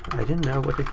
i don't know what